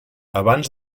abans